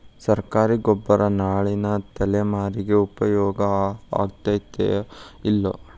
ಸರ್ಕಾರಿ ಗೊಬ್ಬರ ನಾಳಿನ ತಲೆಮಾರಿಗೆ ಉಪಯೋಗ ಆಗತೈತೋ, ಇಲ್ಲೋ?